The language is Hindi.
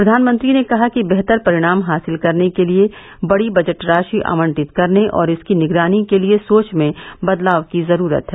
प्रधानमंत्री ने कहा कि बेहतर परिणाम हासिल करने के लिए बड़ी बजट राशि आवंटित करने और इसकी निगरानी के लिए सोच में बदलाव की जरूरत है